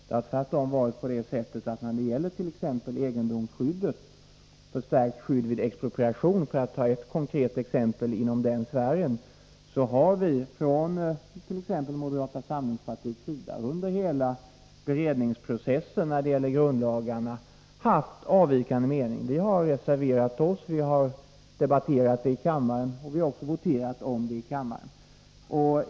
När det gäller t.ex. egendomsskyddet och — för att ta ett konkret exempel inom den sfären — förstärkt skydd vid expropriation har det tvärtom varit så, att exempelvis vi från moderat sida haft avvikande mening under nästan hela beredningsprocessen i samband med grundlagarna. Vi har reserverat oss, och vi har i enlighet därmed debatterat och voterat här i kammaren.